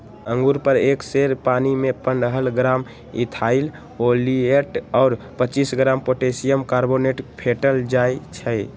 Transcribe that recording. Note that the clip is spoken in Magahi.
अंगुर पर एक सेर पानीमे पंडह ग्राम इथाइल ओलियट और पच्चीस ग्राम पोटेशियम कार्बोनेट फेटल जाई छै